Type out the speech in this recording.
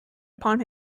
upon